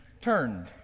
turned